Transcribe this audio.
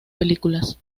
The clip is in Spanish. películas